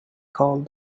called